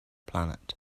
planet